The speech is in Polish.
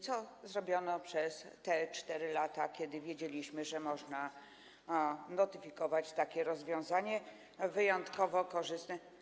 Co zrobiono przez te 4 lata, kiedy wiedzieliśmy, że można notyfikować takie rozwiązanie, wyjątkowo korzystne?